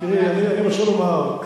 רוצה לומר,